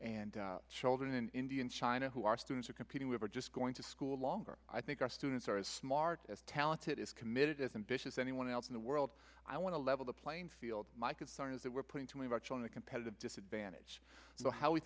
and children in india and china who are students are competing we were just going to school longer i think our students are as smart as talented as committed as ambitious anyone else in the world i want to level the playing field my concern is that we're putting too much on a competitive disadvantage